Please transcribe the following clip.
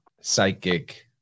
psychic